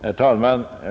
Herr talman!